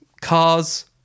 cars